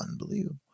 unbelievable